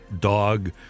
dog